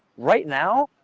right now,